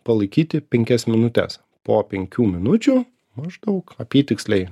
palaikyti penkias minutes po penkių minučių maždaug apytiksliai